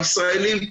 הישראלים,